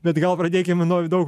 bet gal pradėkim nuo daug